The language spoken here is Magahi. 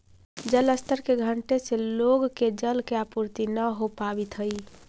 जलस्तर के घटे से लोग के जल के आपूर्ति न हो पावित हई